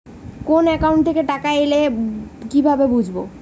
কোন একাউন্ট থেকে টাকা এল কিভাবে বুঝব?